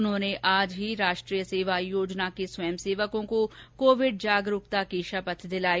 उन्होंने आज ही राष्ट्रीय सेवा योजना के स्वयंसेवको को कोविड जागरूकता की शपथ दिलाई